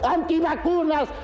Antivacunas